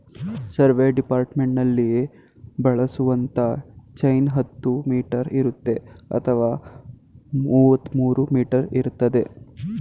survey ಡಿಪಾರ್ಟ್ಮೆಂಟ್ನಲ್ಲಿ ಬಳಸುವಂತ chain ಹತ್ತು ಮೀಟರ್ ಇರುತ್ತೆ ಅಥವಾ ಮುವತ್ಮೂರೂ ಮೀಟರ್ ಇರ್ತದೆ